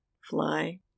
fly